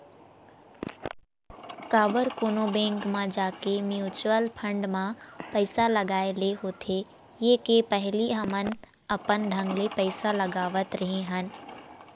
काबर कोनो बेंक म जाके म्युचुअल फंड म पइसा लगाय ले होथे ये के पहिली हमन अपन ढंग ले पइसा लगावत रेहे हन